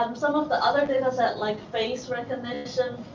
um some of the other dataset like face recognition,